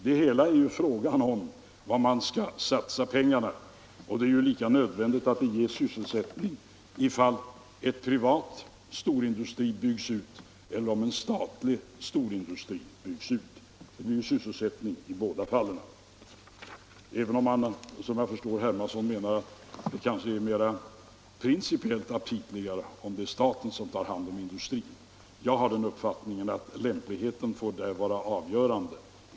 Det hela är ju fråga om var man skall satsa pengarna, och det är lika nödvändigt att ge sysselsättning vare sig det är en privat storindustri eller en statlig som byggs ut. Det blir sysselsättning i båda fallen. Jag förstår att herr Hermansson menar att det är principiellt aptitligare om det är staten som tar hand om industrin, men jag har den uppfattningen att lämpligheten får vara avgörande.